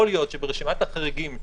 יכול להיות שברשימת החריגים,